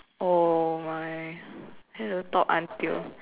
oh my then have to talk until